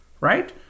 Right